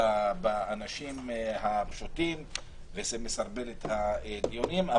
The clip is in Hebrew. באנשים הפשוטים ומסרבל את הדיונים.